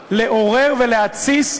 במטרה לעורר ולהתסיס,